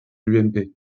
l’ump